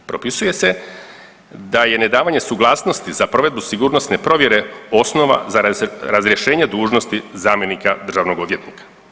Propisuje se da je nedavanje suglasnosti za provedbu sigurnosne provedbe osnova za razrješenje dužnosti zamjenika državnog odvjetnika.